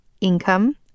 Income